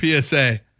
PSA